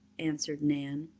answered nan.